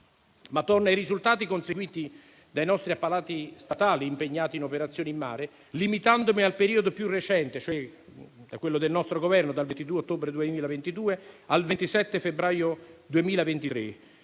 Tornando ai risultati conseguiti dai nostri apparati statali impegnati in operazioni in mare e limitandomi al periodo più recente, quello del nostro Governo, dal 22 ottobre 2022 al 27 febbraio 2023,